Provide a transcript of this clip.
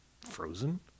Frozen